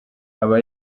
aba